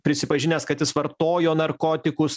prisipažinęs kad jis vartojo narkotikus